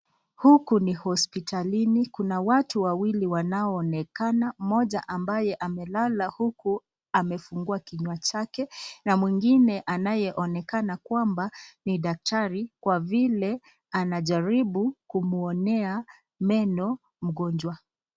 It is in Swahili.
Huku ni hospitalini, kuna watu wawili wanao onekana, mmoja ambaye amelala huku amefungua kinywa chake na mwengine anayeonekana kwamba ni daktari kwa vile anajaribu kumwonea meno mgonjwa.